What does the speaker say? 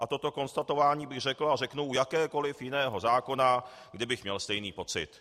A toto konstatování bych řekl a řeknu u jakéhokoliv jiného zákona, kdybych měl stejný pocit.